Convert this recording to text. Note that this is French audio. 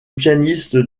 pianiste